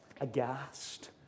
aghast